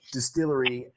Distillery